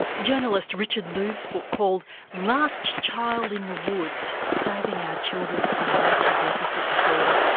journalist richard louv's book, called last child in the woods saving our children from nature deficit disorder,